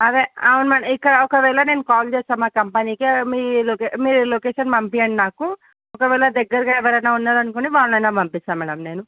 అదే అవును మేడం ఇక్కడ ఒకవేళ నేను కాల్ చేస్తాను మా కంపెనీకీ అదే మీ లొకేషన్ మీరు లొకేషన్ పంపించండి నాకు ఒకవేళ దగ్గరగా ఎవరన్న ఉన్నారు అనుకోండి వాళ్ళను అయిన పంపిస్తాను మేడం నేను